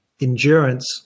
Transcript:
endurance